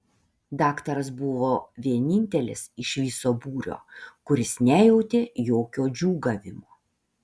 daktaras buvo vienintelis iš viso būrio kuris nejautė jokio džiūgavimo